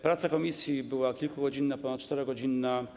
Praca komisji była kilkugodzinna, ponad 4-godzinna.